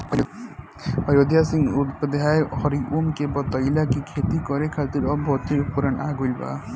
अयोध्या सिंह उपाध्याय हरिऔध के बतइले कि खेती करे खातिर अब भौतिक उपकरण आ गइल बा